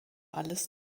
alles